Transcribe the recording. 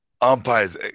umpires